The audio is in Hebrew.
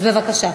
אז בבקשה,